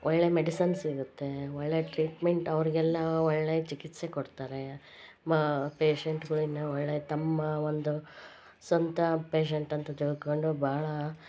ಒಳ್ಳೆ ಮೆಡಿಸನ್ ಸಿಗುತ್ತೇ ಒಳ್ಳೆ ಟ್ರೀಟ್ಮೆಂಟ್ ಅವ್ರಿಗೆಲ್ಲಾ ಒಳ್ಳೆ ಚಿಕಿತ್ಸೆ ಕೊಡ್ತಾರೆ ಮ ಪೇಷಂಟ್ಗಳಿಗೆ ಒಳ್ಳೆ ತಮ್ಮ ಒಂದು ಸ್ವಂತ ಪೇಷಂಟ್ ಅಂತ ತಿಳ್ಕೊಂಡು ಭಾಳ